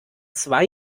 zwei